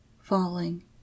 falling